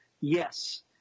Yes